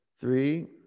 three